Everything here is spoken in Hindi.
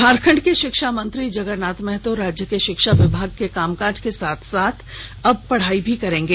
झारखंड के शिक्षा मंत्री जगरनाथ महतो राज्य की शिक्षा विभाग के कामकाज के साथ साथ अब पढ़ाई भी करेंगे